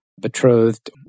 betrothed